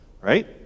right